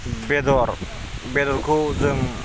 बेदर बेदरखौ जों